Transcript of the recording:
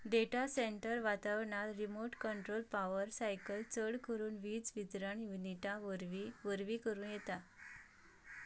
data centre वातावरणांत remote control power cycle चड करून वीज वितरण युनिटा वरवीं वरवीं करूं येता